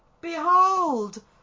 Behold